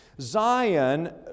Zion